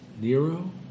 Nero